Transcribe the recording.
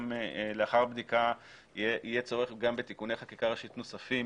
לאחר בדיקה יהיה צורך בתיקוני חקיקה ראשית נוספים